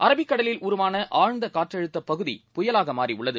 அரபிக்கடலில் உருவான ஆழ்ந்த னற்றழுத்த பகுதி புயலாக மாறி உள்ளது